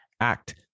act